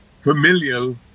familial